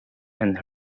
and